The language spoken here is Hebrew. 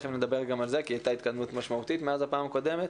תיכף נדבר גם על זה כי הייתה התקדמות משמעותית מאז הפעם הקודמת.